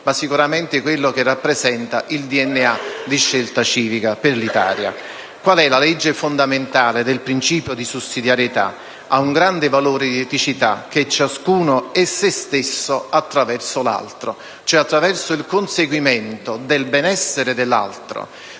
ma sicuramente di quello che rappresenta il DNA di Scelta Civica per l'Italia. Qual è la legge fondamentale del principio di sussidiarietà? Ha un grande valore di eticità, nel senso che ciascuno è se stesso attraverso l'altro, attraverso il conseguimento del benessere dell'altro,